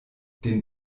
den